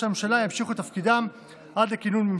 הממשלה ימשיכו את תפקידם עד לכינון ממשלה.